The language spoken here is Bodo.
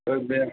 औ दे